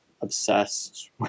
obsessed